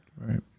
right